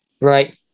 Right